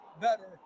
better